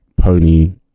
pony